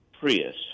Prius